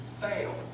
fail